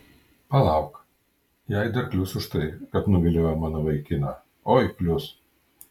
palauk jai dar klius už tai kad nuviliojo mano vaikiną oi klius